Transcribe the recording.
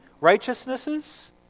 righteousnesses